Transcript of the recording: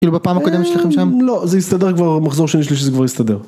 כאילו בפעם הקודמת שלכם שם, לא זה יסתדר כבר מחזור שני שלישי זה כבר יסתדר.